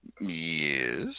Yes